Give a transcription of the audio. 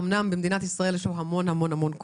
במדינת ישראל לשר האוצר יש המון כוח,